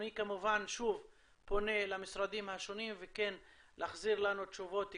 אני כמובן שוב פונה למשרדים השונים להחזיר לנו תשובות כתובות.